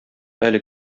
әле